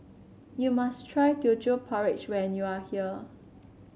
you must try Teochew Porridge when you are here